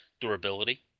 durability